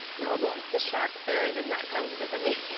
you're all done. the shock fairy did not come to visit me?